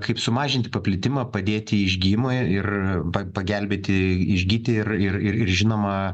kaip sumažinti paplitimą padėti išgijimui ir pagelbėti išgyti ir ir ir žinoma